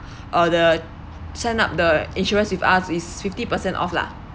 uh the sign up the insurance with us is fifty percent off lah